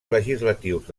legislatius